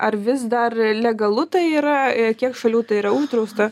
ar vis dar legalu tai yra kiek šalių tai yra uždrausta